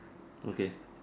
okay